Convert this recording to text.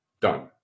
Done